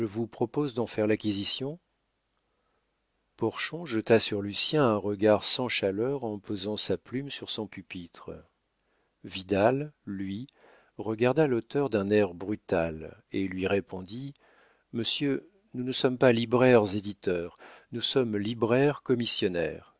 vous propose d'en faire l'acquisition porchon jeta sur lucien un regard sans chaleur en posant sa plume sur son pupitre vidal lui regarda l'auteur d'un air brutal et lui répondit monsieur nous ne sommes pas libraires éditeurs nous sommes libraires commissionnaires